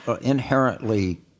inherently